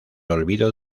olvido